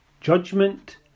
Judgment